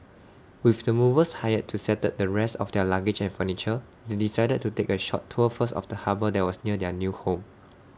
with the movers hired to settle the rest of their luggage and furniture they decided to take A short tour first of the harbour that was near their new home